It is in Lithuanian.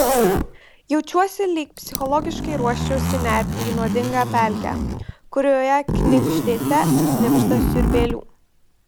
jaučiuosi lyg psichologiškai ruoščiausi nerti į nuodingą pelkę kurioje knibždėte knibžda siurbėlių